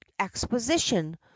exposition